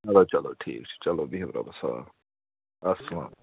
چلو چلو ٹھیٖک چھُ چلو بِہِو رۅبَس حوال اَسلام